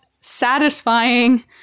satisfying